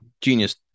Genius